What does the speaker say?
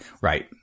Right